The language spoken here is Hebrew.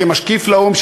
או כמשקיף לאו"ם,